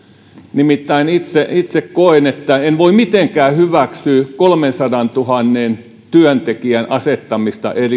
nimittäin itse itse koen että en voi mitenkään hyväksyä kolmensadantuhannen työntekijän asettamista